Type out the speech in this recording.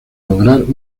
lograr